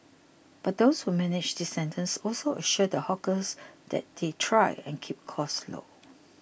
but those who manage these centres also assure the hawkers that they'll try and keep costs low